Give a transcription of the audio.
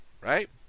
right